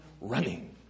running